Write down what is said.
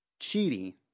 cheating